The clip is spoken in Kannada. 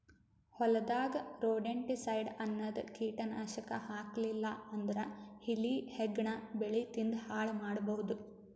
ಹೊಲದಾಗ್ ರೊಡೆಂಟಿಸೈಡ್ಸ್ ಅನ್ನದ್ ಕೀಟನಾಶಕ್ ಹಾಕ್ಲಿಲ್ಲಾ ಅಂದ್ರ ಇಲಿ ಹೆಗ್ಗಣ ಬೆಳಿ ತಿಂದ್ ಹಾಳ್ ಮಾಡಬಹುದ್